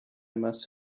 must